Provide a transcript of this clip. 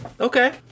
Okay